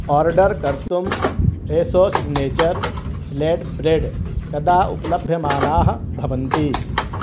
order कर्तुं Fresho signature slate bread कदा उपलभ्यमानाः भवन्ति